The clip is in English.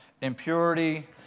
impurity